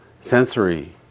sensory